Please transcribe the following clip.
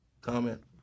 comment